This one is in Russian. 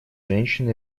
женщин